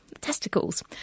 testicles